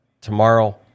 tomorrow